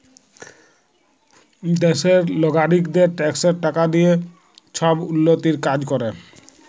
দ্যাশের লগারিকদের ট্যাক্সের টাকা দিঁয়ে ছব উল্ল্যতির কাজ ক্যরে